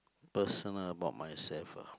personal about myself